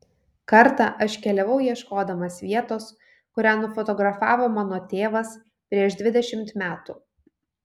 kartą aš keliavau ieškodamas vietos kurią nufotografavo mano tėvas prieš dvidešimt metų